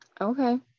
okay